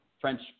French